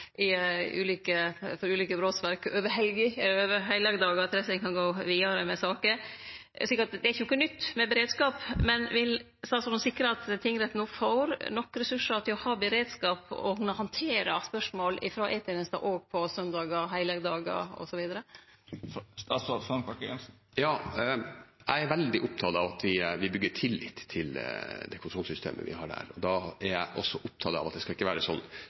over helga, over heilagdagar, til ein kan gå vidare med saker. Så det er ikkje noko nytt med beredskap, men vil statsråden sikre at tingretten no får nok resursar til å ha beredskap og kunne handtere spørsmål frå E-tenesta òg på søndagar, heilagdagar osv.? Jeg er veldig opptatt av at vi bygger tillit til det kontrollsystemet vi har der, og da er jeg også opptatt av at det ikke skal være sånn